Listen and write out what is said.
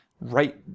right